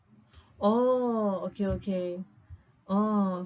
oh okay okay oh